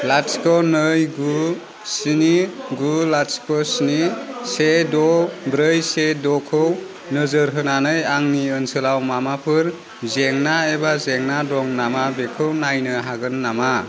लाथिख' नै गु स्नि गु लाथिख' स्नि से द' ब्रै से द' खौ नोजोर होनानै आंनि ओनसोलाव मामाफोर जेंना एबा जेंना दं नामा बेखौ नायनो हागोन नामा